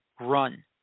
run